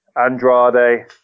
Andrade